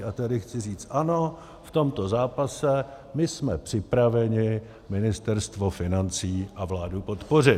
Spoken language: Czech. A tady chci říct ano, v tomto zápase my jsme připraveni Ministerstvo financí a vládu podpořit.